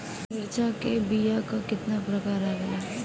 मिर्चा के बीया क कितना प्रकार आवेला?